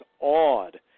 awed